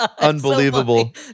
unbelievable